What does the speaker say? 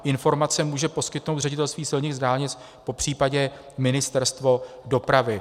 Informace může poskytnout Ředitelství silnic a dálnic, popř. Ministerstvo dopravy.